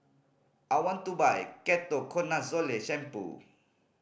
I want to buy Ketoconazole Shampoo